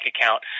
account